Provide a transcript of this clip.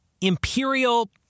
imperial